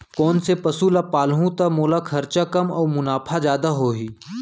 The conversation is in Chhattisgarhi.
कोन से पसु ला पालहूँ त मोला खरचा कम अऊ मुनाफा जादा होही?